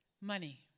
money